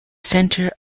center